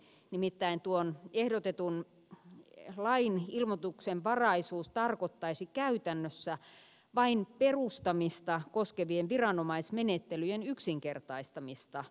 nimittäin tuon ehdotetun lain ilmoituksenvaraisuus tarkoittaisi käytännössä vain perustamista koskevien viranomaismenettelyjen yksinkertaistamista